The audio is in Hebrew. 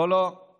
יש דרך